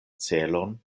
celon